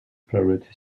priority